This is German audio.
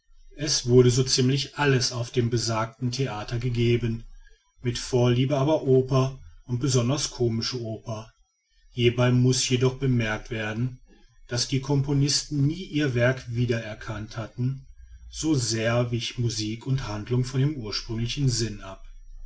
es wurde so ziemlich alles auf dem besagten theater gegeben mit vorliebe aber oper und besonders komische oper hierbei muß jedoch bemerkt werden daß die componisten nie ihr werk wieder erkannt hatten so sehr wichen musik und handlung von dem ursprünglichen sinn ab